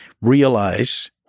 realize